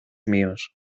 míos